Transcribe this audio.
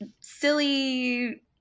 silly